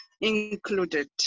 included